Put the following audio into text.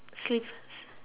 slippers